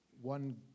One